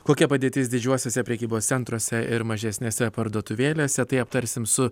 kokia padėtis didžiuosiuose prekybos centruose ir mažesnėse parduotuvėlėse tai aptarsim su